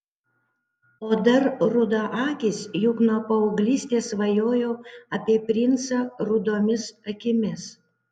o dar rudaakis juk nuo paauglystės svajojau apie princą rudomis akims